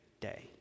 day